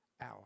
hour